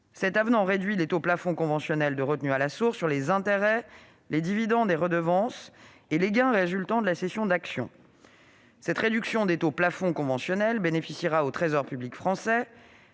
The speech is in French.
cet avenant réduit les taux plafonds conventionnels de retenue à la source sur les intérêts, les dividendes et les redevances, et les gains résultant de la cession d'actions. Cette réduction se fera au bénéfice du Trésor public français,